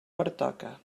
pertoca